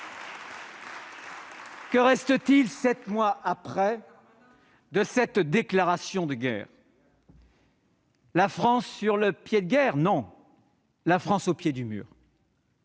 Que reste-t-il sept mois après cette déclaration de guerre ? La France est-elle sur le pied de guerre ? Non, la France est au pied du mur